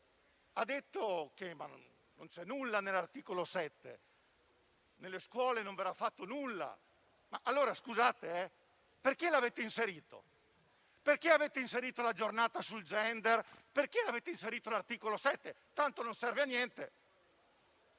ha detto che non c'è nulla nell'articolo 7 e che nelle scuole non verrà fatto nulla. Allora, scusate, perché l'avete inserito? Perché avete inserito la giornata sul *gender*? Perché avete inserito l'articolo 7, se tanto non serve a niente?